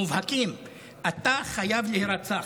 מובהקים: אתה חייב להירצח,